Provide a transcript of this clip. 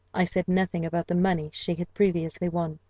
i said nothing about the money she had previously won,